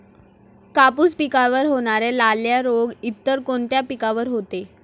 कापूस पिकावर होणारा लाल्या रोग इतर कोणत्या पिकावर होतो?